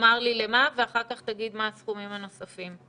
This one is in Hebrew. תאמר לי למה ואחר כך תגיד מה הסכומים הנוספים.